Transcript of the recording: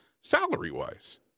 salary-wise